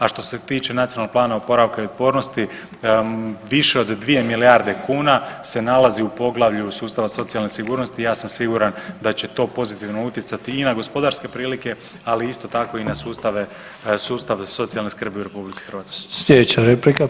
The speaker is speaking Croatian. A što se tiče Nacionalnog plana oporavka i otpornosti, više od 2 milijarde kuna se nalazi u poglavlju sustava socijalne sigurnosti, ja sam siguran da će to pozitivno utjecati i na gospodarske prilike, ali isto tako i na sustave, sustav socijalne skrbi u RH.